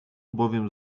bowiem